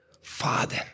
father